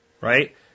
right